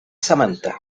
samantha